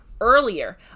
earlier